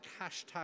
hashtag